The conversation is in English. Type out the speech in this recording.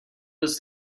was